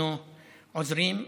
אנחנו עוזרים.